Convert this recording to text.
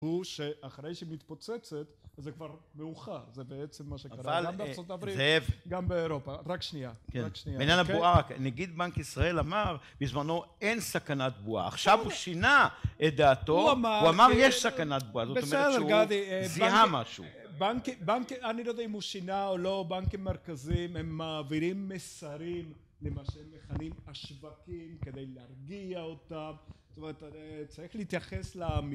הוא שאחרי שהיא מתפוצצת זה כבר מאוחר זה בעצם מה שקרה גם בארה״ב גם באירופה רק שנייה בעניין הבועה נגיד בנק ישראל אמר בזמנו אין סכנת בועה עכשיו הוא שינה את דעתו, הוא אמר יש סכנת בועה, זאת אומרת שהוא זיהה משהו. בנקים אני לא יודע אם הוא שינה או לא בנקים מרכזים הם מעבירים מסרים למה שהם מכנים השווקים כדי להרגיע אותם זאת אומרת צריך להתייחס